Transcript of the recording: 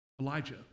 Elijah